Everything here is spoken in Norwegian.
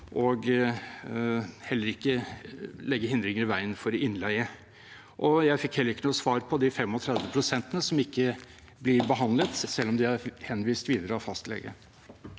eller legge hindringer i veien for innleie. Jeg fikk heller ikke noe svar om de 35 pst. som ikke blir behandlet selv om de er henvist videre av fastlege.